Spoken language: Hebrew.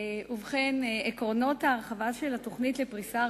1. עקרונות ההרחבה של התוכנית לפריסה